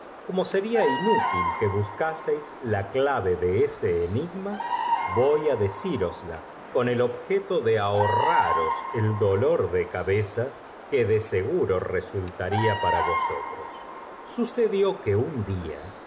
como seria inútil que buscáseis la clave de ese enigma voy á decírosla con objeto de ahorraros el dolor de cabeza que de seguro resultada para vosotros sucedió que un dla